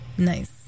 Nice